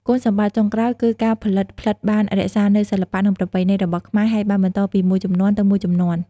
គុណសម្បត្តិចុងក្រោយគឺការផលិតផ្លិតបាន រក្សានូវសិល្បៈនិងប្រពៃណី របស់ខ្មែរ ហើយបានបន្តពីមួយជំនាន់ទៅមួយជំនាន់។